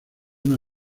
una